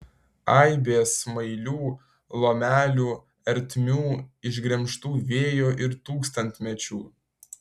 aibė smailių lomelių ertmių išgremžtų vėjo ir tūkstantmečių